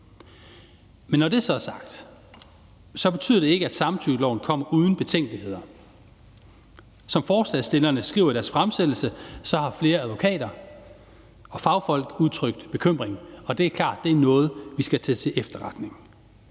Men når det så er sagt, betyder det ikke, at samtykkeloven kommer uden betænkeligheder. Som forslagsstillerne skriver i deres fremsættelse, har flere advokater og fagfolk udtrykt bekymring, og det er klart, at det er noget, vi skal tage til efterretning.